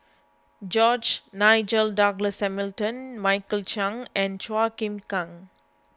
George Nigel Douglas Hamilton Michael Chiang and Chua Chim Kang